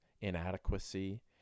inadequacy